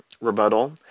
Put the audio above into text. rebuttal